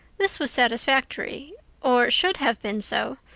this was satisfactory or should have been so.